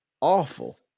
awful